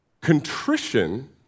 Contrition